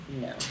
No